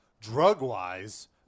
drug-wise